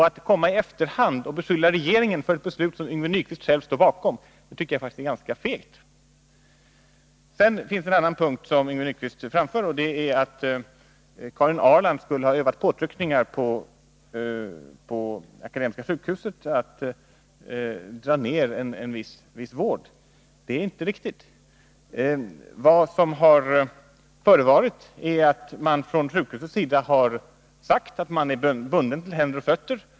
Att komma i efterhand och beskylla regeringen för ett beslut som Yngve Nyquist själv står bakom tycker jag faktiskt är ganska fegt. Ett annat påstående som Yngve Nyquist framför är att Karin Ahrland skulle ha övat påtryckningar på Akademiska sjukhuset att dra ner en viss vård. Det är inte riktigt. Vad som har förevarit är att man från sjukhusets sida har sagt att man är bunden till händer och fötter.